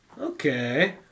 Okay